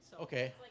Okay